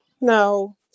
No